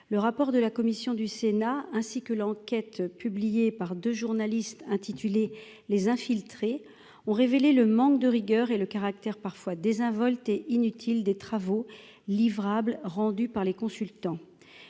le rapport de la commission du Sénat, ainsi que l'enquête publiée par 2 journalistes, intitulé Les infiltrés ont révélé le manque de rigueur et le caractère parfois désinvolte et inutile des travaux livrable rendu par les consultants,